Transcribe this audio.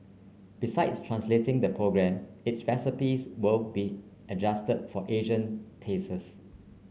besides translating the program its recipes will be adjust for Asian tastes